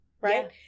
right